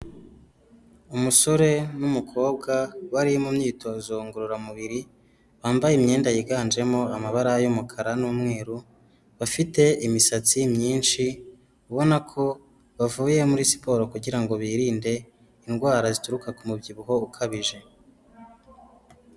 Umusore n'umukobwa bari mu myitozo ngororamubiri bambaye imyenda yiganjemo amabara y'umukara n'umweru bafite imisatsi myinshi ubona ko bavuye muri siporo kugira ngo birinde indwara zituruka ku mubyibuho ukabije.